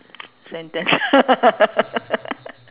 sentence